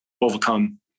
overcome